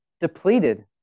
depleted